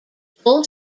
full